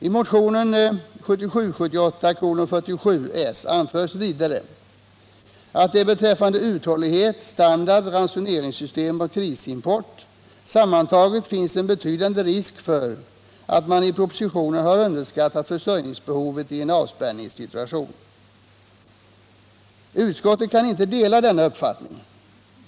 I motionen 1977/78:47 anförs vidare att det beträffande uthållighet, standard, ransoneringssystem och krisimport sammantaget finns en betydande risk för att man i propositionen har underskattat försörjningsbehovet i en avspärrningssituation. Utskottet kan inte dela denna uppfattning.